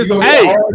hey